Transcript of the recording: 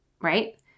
right